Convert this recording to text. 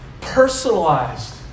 personalized